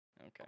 Okay